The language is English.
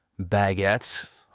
baguettes